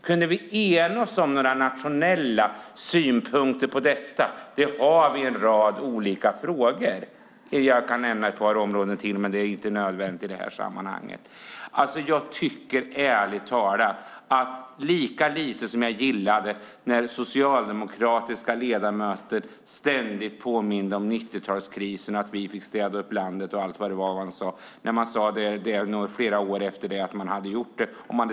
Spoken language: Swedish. Kunde vi enas om några nationella synpunkter i och med det? Vi har det i en rad olika frågor. Jag kan nämna ett par områden till, men det är inte nödvändigt i sammanhanget. Ärligt talat: Jag gillade inte när socialdemokratiska ledamöter ständigt påminde om 90-talskrisen, att vi fick städa upp landet och allt vad det var man sade flera år efter det att man hade tagit över.